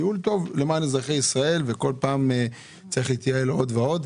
הוא ייעול טוב למען אזרחי ישראל ואכן כל פעם צריך להתייעל עוד ועוד.